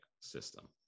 system